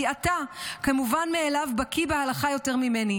כי אתה כמובן מאליו בקי בהלכה יותר ממני.